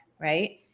Right